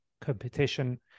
competition